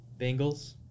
Bengals